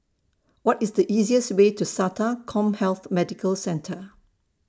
What IS The easiest Way to Sata Commhealth Medical Centre